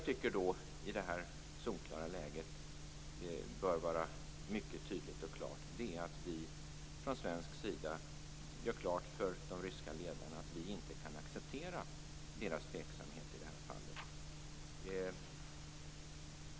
Men det jag i det här solklara läget tycker bör vara mycket tydligt och klart är att vi från svensk sida gör klart för de ryska ledarna att vi inte kan acceptera deras tveksamhet i det här fallet.